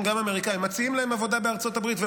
אמריקאים שמציעים להם עבודה בארצות הברית,